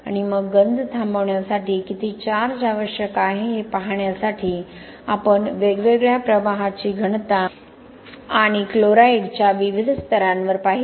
आणि मग गंज थांबवण्यासाठी किती चार्ज आवश्यक आहे हे पाहण्यासाठी आपण वेगवेगळ्या प्रवाहाची घनता आणि क्लोराईडच्या विविध स्तरांवर पाहिले